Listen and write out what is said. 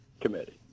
committee